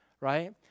right